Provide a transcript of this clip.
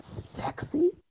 sexy